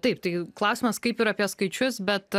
taip tai klausimas kaip ir apie skaičius bet